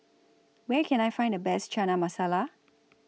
Where Can I Find The Best Chana Masala